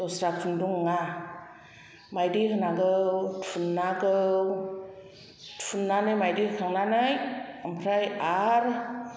दस्रा खुन्दुं नङा मायदि होनांगौ थुननांगौ थुननानै मायदि होखांनानै ओमफ्राय आरो